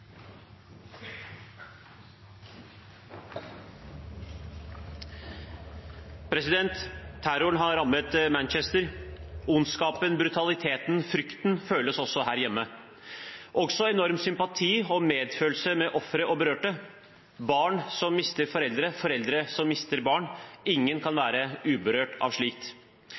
frykten føles også her hjemme, også enorm sympati og medfølelse med ofre og berørte – barn som mister foreldre, foreldre som mister barn. Ingen kan være uberørt av slikt.